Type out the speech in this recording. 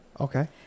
Okay